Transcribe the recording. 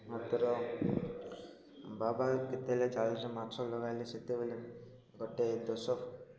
ମାତ୍ର ବାବା କେତେବେଲେ ଜାଲିରେ ମାଛ ଲଗାଇଲେ ସେତେବେଲେ ଗୋଟେ ଦଶ